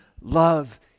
love